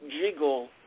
jiggle